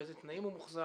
באילו תנאים הוא מוחזק?